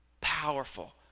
Powerful